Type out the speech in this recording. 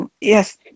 Yes